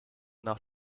nach